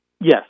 Yes